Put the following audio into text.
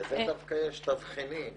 לזה דווקא יש תבחינים.